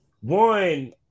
one